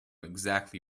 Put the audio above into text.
exactly